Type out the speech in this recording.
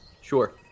Sure